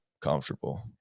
comfortable